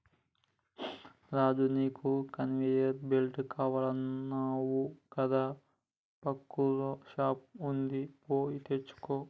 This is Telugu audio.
రాజు నీకు కన్వేయర్ బెల్ట్ కావాలన్నావు కదా పక్కూర్ల షాప్ వుంది పోయి తెచ్చుకో